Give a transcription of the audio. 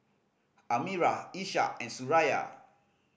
Amirah Ishak and Suraya